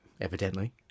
evidently